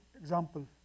example